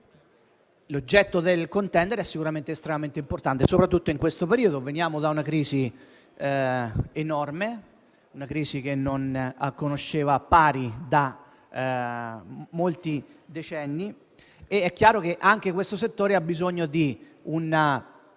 l'oggetto del contendere è sicuramente estremamente importante, soprattutto in questo periodo. Veniamo da una crisi enorme, che non conosce pari da molti decenni, ed è chiaro che anche il settore in questione ha bisogno di una